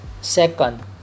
Second